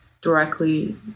directly